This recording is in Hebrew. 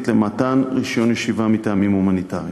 למתן רישיון ישיבה מטעמים הומניטריים.